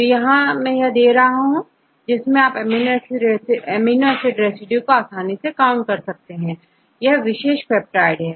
तो यहां में यह दे रहा हूं जिससे आप एमिनो एसिड रेसिड्यू को आसानी से काउंट कर सकते हैं इस विशेष पेप्टाइड पर